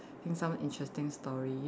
think some interesting story